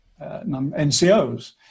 NCOs